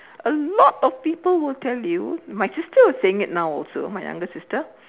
a lot of people will tell you my sister was saying it now also my younger sister